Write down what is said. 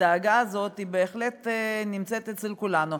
הדאגה הזאת בהחלט נמצאת אצל כולנו,